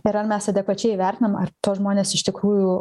ir ar mes adekvačiai įvertinama ar tuos žmones iš tikrųjų